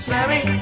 Sammy